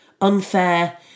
unfair